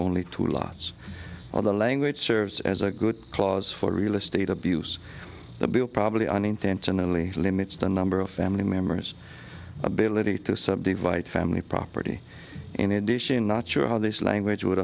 only two lots of the language serves as a good clause for real estate abuse the bill probably unintentionally limits the number of family members ability to subdivide family property in addition not sure how this language would